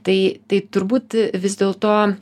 tai tai turbūt vis dėlto